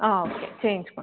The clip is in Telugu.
ఓకే చేయించుకుంటాను